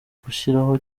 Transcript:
gushyiraho